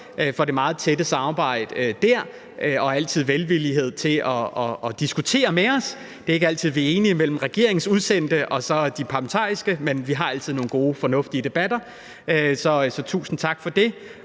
for det meget tætte samarbejde dér og for deres velvillighed til altid at diskutere med os. Det er ikke altid, der er enighed mellem regeringens udsendte og så de parlamentariske medlemmer, men vi har altid nogle gode, fornuftige debatter. Så tusind tak for det.